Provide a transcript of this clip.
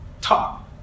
talk